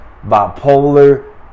bipolar